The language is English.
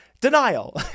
denial